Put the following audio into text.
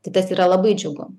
tai tas yra labai džiugu